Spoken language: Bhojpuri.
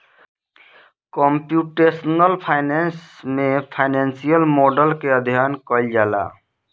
कंप्यूटेशनल फाइनेंस में फाइनेंसियल मॉडल के अध्ययन कईल जाला